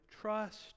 trust